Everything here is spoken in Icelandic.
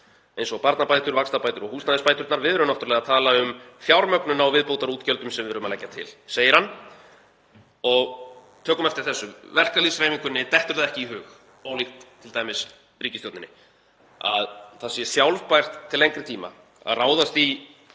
eins og barnabætur, vaxtabætur og húsnæðisbæturnar. Við erum náttúrulega að tala um fjármögnun á viðbótarútgjöldum sem við erum að leggja til“, segir hann. Tökum eftir þessu. Verkalýðshreyfingunni dettur það ekki í hug, ólíkt t.d. ríkisstjórninni, að það sé sjálfbært til lengri tíma að ráðast í